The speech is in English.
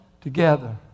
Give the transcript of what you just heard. together